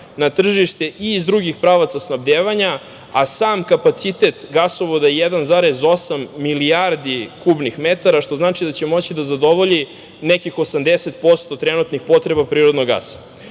na tržište i iz drugih pravaca snabdevanja, a sam kapacitet gasovoda je 1,8 milijardi kubnih metara, što znači da će moći da zadovolji nekih 80% trenutnih potreba prirodnog gasa. Zbog